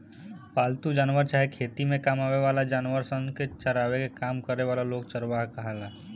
पालतू जानवर चाहे खेती में काम आवे वाला जानवर सन के चरावे के काम करे वाला लोग चरवाह कहाला